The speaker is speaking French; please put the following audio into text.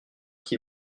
qui